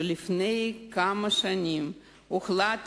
שלפני כמה שנים החליטה